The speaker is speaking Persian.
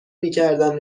میکردن